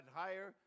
higher